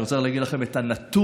אני רוצה להגיד לכם את הנתון,